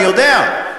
אני יודע.